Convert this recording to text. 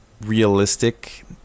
realistic